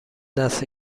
دست